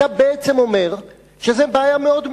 אתה בעצם אומר שזו בעיה מאוד מורכבת,